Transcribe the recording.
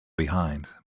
behind